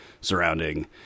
surrounding